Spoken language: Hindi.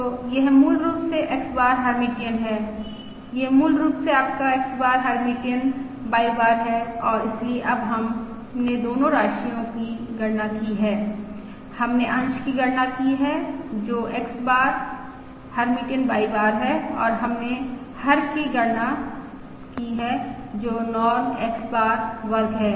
तो यह मूल रूप से X बार हर्मिटियन है यह मूल रूप से आपका X bar Hermitian Y bar है और इसलिए अब हमने दोनों राशिओं की गणना की है हमने अंश की गणना की है जो X bar Hermitian Y bar है और हमने हर की भी गणना की है जो नॉर्म X बार वर्ग है